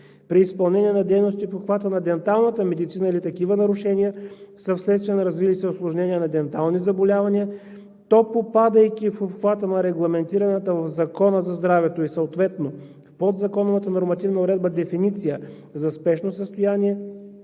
при изпълнение на дейности в обхвата на денталната медицина или такива нарушения са вследствие на развили се усложнения на дентални заболявания, то, попадайки в обхвата на регламентираната в Закона за здравето и съответно в подзаконовата нормативна уредба дефиниция за спешно състояние,